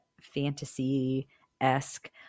fantasy-esque